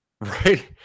Right